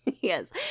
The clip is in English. Yes